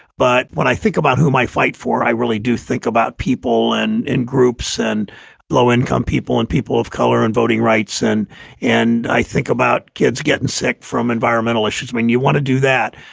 but when i think about whom i fight for, i really do think about people and in groups and low income people and people of color and voting rights. and and i think about kids getting sick from environmental issues when you want to do that.